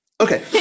Okay